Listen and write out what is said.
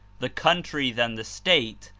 the country than the state,